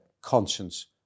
conscience